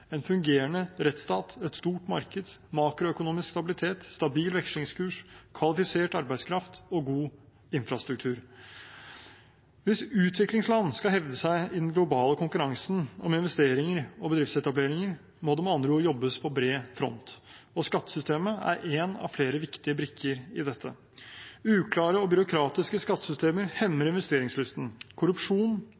en fungerende rettsstat et stort marked makroøkonomisk stabilitet en stabil vekslingskurs kvalifisert arbeidskraft god infrastruktur Hvis utviklingsland skal kunne hevde seg i den globale konkurransen om investeringer og bedriftsetableringer, må det med andre ord jobbes på bred front, og skattesystemet er én av flere viktige brikker i dette. Uklare og byråkratiske skattesystemer hemmer